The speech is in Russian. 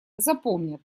запомнят